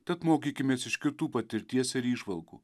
tad mokykimės iš kitų patirties ir įžvalgų